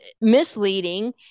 misleading